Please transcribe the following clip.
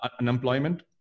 unemployment